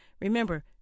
remember